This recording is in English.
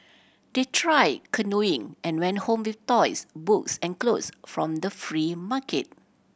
they tried canoeing and went home with toys books and clothes from the free market